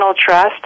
trust